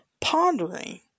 pondering